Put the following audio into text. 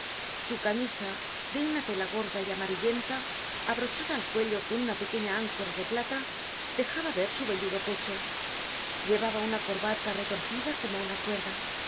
su camisa de una tela gorda y amarillenta abrochada al cuello con una pequeña áncora de plata dejaba ver su velludo pecho llevaba una corbata retorcida como una cuerda